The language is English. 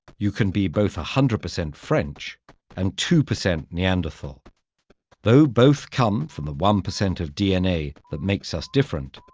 you can be both one hundred percent french and two percent neanderthal though both come from the one percent of dna that makes us different,